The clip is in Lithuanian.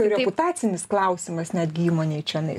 reputacinis klausimas netgi įmonei čionai